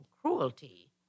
cruelty